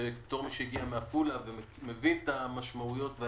הוא הגיע מעפולה ומבין את המשמעויות.